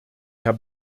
herr